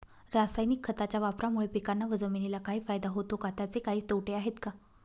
रासायनिक खताच्या वापरामुळे पिकांना व जमिनीला काही फायदा होतो का? त्याचे काही तोटे आहेत का?